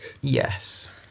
Yes